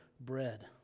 bread